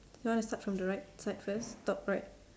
you want to start from the right side first top right